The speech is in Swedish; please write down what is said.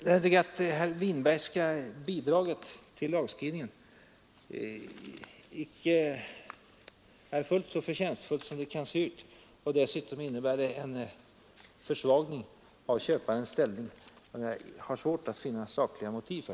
Jag tycker att det Winbergska bidraget till lagstiftningen inte är riktigt så förtjänstfullt som det kan se ut. Dessutom innebär det en försvagning av köparens ställning, som jag har svårt att finna sakliga motiv för.